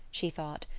she thought.